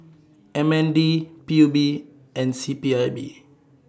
M N D P U B and C P I B